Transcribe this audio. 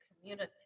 community